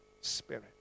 Spirit